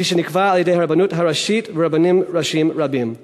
כפי שנקבע על-ידי הרבנות הראשית ורבנים ראשיים רבים,